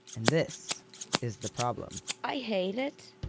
and this is the problem i hate it.